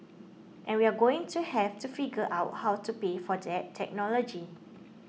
and we're going to have to figure out how to pay for that technology